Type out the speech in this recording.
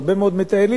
הרבה מאוד מטיילים,